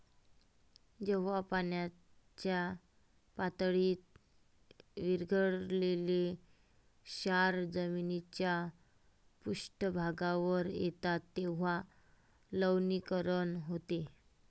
जेव्हा पाण्याच्या पातळीत विरघळलेले क्षार जमिनीच्या पृष्ठभागावर येतात तेव्हा लवणीकरण होते